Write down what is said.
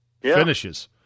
finishes